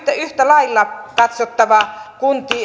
yhtä lailla katsottava